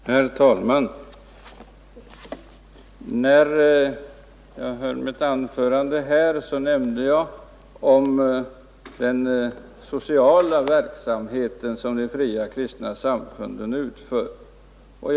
Herr talman! Jag nämnde i mitt förra anförande den sociala verksamhet som de fria kristna samfunden bedriver.